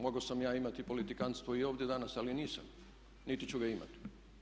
Mogao sam ja imati i politikantstvo i ovdje danas ali nisam niti ću ga imati.